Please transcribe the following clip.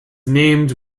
named